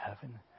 heaven